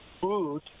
food